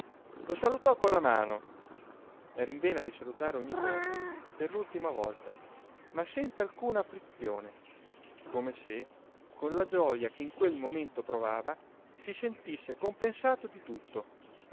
lo salutò con la mano era in vena di salutare ogni cosa per l'ultima volta ma senz'alcuna afflizione come se con la gioja che in quel momento provava si sentisse compensato di tutto